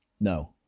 No